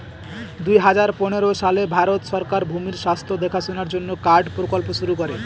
দুই হাজার পনেরো সালে ভারত সরকার ভূমির স্বাস্থ্য দেখাশোনার জন্য কার্ড প্রকল্প শুরু করে